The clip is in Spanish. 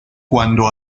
cuando